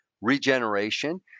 regeneration